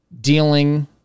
dealing